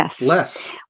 less